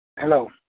Hello